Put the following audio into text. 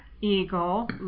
eagle